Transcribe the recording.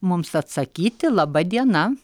mums atsakyti laba diena